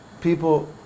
people